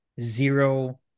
zero